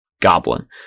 goblin